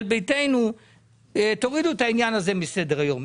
ביתנו להוריד את העניין הזה מסדר היום.